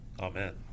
Amen